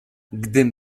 gdym